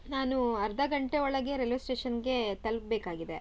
ನಾನು ಅರ್ಧ ಗಂಟೆ ಒಳಗೆ ರೈಲ್ವೆ ಸ್ಟೇಷನ್ನಿಗೆ ತಲುಪ್ಬೇಕಾಗಿದೆ